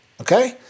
Okay